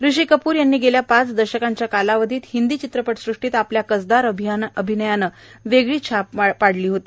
ऋषी कपूर यांनी गेल्या पाच दशकाच्या कालावधीत हिंदी चित्रपट सृष्टीत आपल्या कसदार अभिनयाने वेगळी छाप पाडली होती